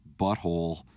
butthole